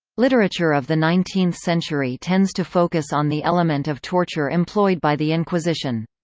literature of the nineteenth century tends to focus on the element of torture employed by the inquisition.